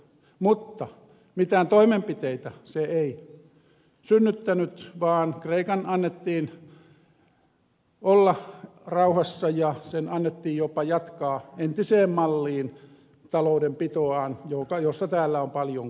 mutta mitään toimenpiteitä se ei synnyttänyt vaan kreikan annettiin olla rauhassa ja sen annettiin jopa jatkaa entiseen malliin taloudenpitoaan josta täällä on paljon kuultu